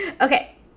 Okay